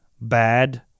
bad